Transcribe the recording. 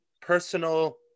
personal